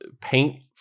paint